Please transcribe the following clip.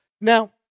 Now